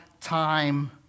time